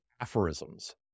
aphorisms